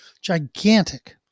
gigantic